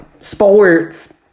sports